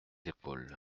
épaules